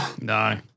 No